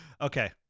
Okay